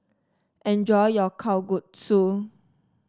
enjoy your Kalguksu